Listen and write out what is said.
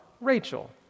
Rachel